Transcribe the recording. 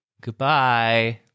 Goodbye